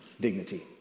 dignity